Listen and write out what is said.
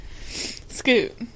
Scoot